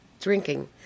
drinking